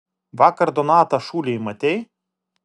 vakar donatą šūlėj matei